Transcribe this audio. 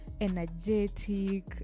energetic